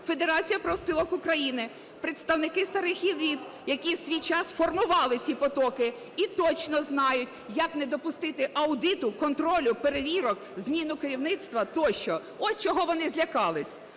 Федерація профспілок України. Представники старих еліт, які в свій час формували ці потоки і точно знають, як не допустити аудиту, контролю, перевірок, зміну керівництва тощо. Ось чого вони злякались.